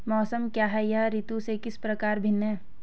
मौसम क्या है यह ऋतु से किस प्रकार भिन्न है?